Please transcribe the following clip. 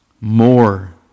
more